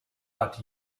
but